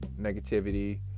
negativity